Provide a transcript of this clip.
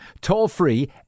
toll-free